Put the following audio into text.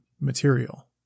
material